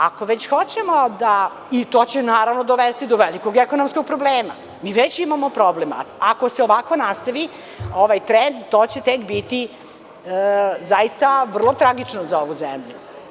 Ako već hoćemo, a to će dovesti do velikog ekonomskog problema, mi već imamo problem, ako se ovako nastavi ovaj trend to će tek biti zaista vrlo tragično za ovu zemlju.